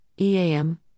EAM